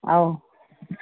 ꯑꯧ